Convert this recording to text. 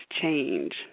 change